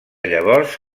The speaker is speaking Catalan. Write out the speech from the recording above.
llavors